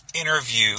interview